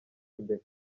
imbere